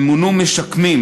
ומונו משקמים,